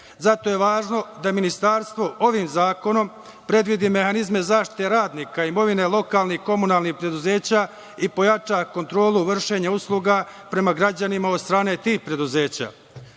je važno da ministarstvo ovim zakonom predvidi mehanizme zaštite radnike, imovine lokalnih i komunalnih preduzeća i pojača kontrolu vršenja usluga prema građanima od strane tih preduzeća. Vrlo